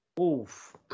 Oof